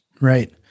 Right